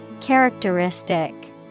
Characteristic